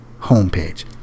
homepage